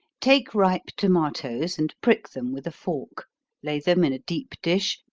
take ripe tomatos, and prick them with a fork lay them in a deep dish,